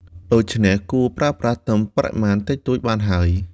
ដូច្នេះ គួរប្រើប្រាស់ត្រឹមបរិមាណតិចតួចបានហើយ។